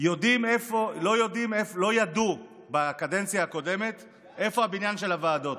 לא ידעו בקדנציה הקודמת איפה הבניין של הוועדות.